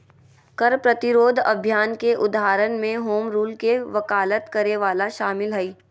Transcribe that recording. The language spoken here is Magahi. कर प्रतिरोध अभियान के उदाहरण में होम रूल के वकालत करे वला शामिल हइ